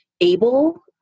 able